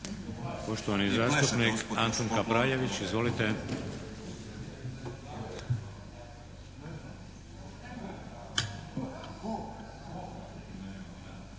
poštovani zastupnik Pero Kovačević, izvolite.